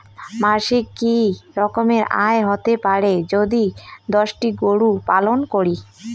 মাসিক কি রকম আয় হতে পারে যদি দশটি গরু পালন করি?